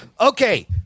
Okay